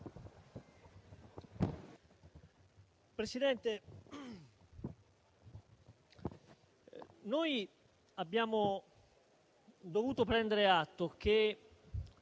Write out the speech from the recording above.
Presidente, abbiamo dovuto prendere atto che